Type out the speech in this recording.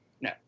No